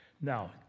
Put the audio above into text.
Now